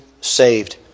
saved